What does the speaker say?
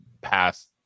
past